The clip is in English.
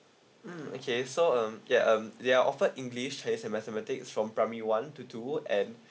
mm okay so um ya um they are offered english has a mathematics from primary one to two and